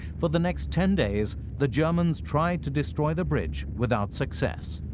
for the next ten days, the germans tried to destroy the bridge without success.